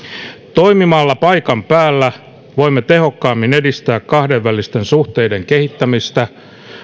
toimimalla paikan päällä voimme tehokkaammin edistää kahdenvälisten suhteiden kehittämistä